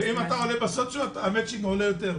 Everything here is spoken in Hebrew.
ואם אתה עולה בסוציו, המצ'ינג עולה יותר.